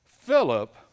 Philip